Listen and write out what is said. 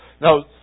Now